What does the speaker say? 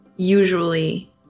Usually